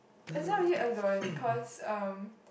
it's not really alone cause um